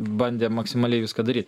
bandė maksimaliai viską daryt